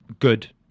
good